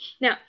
Now